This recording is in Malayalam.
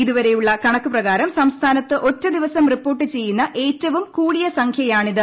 ഇതുവരെയുള്ള കണക്കു പ്രകാരം സംസ്ഥാനത്ത് ഒറ്റ ദിവസം റിപ്പോർട്ട് ചെയ്യുന്ന ഏറ്റവും കൂടിയ സംഖ്യയാണിത്